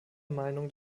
meinung